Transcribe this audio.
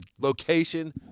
location